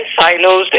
silos